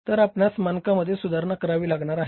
तर आपणास मानकांमध्ये सुधारणा करावी लागणार आहे